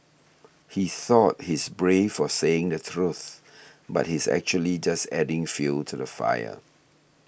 he thought he's brave for saying the truth but he's actually just adding fuel to the fire